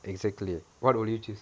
exactly what will you choose